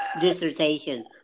dissertation